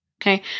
okay